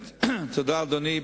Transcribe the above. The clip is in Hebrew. תודה, אדוני.